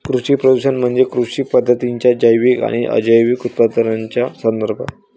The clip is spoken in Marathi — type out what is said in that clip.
कृषी प्रदूषण म्हणजे कृषी पद्धतींच्या जैविक आणि अजैविक उपउत्पादनांचा संदर्भ